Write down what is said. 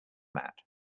mat